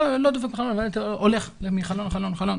לא דופק בחלונות, הולך מחלון לחלון.